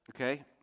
okay